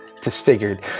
disfigured